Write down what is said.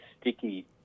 sticky